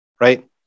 right